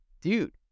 dude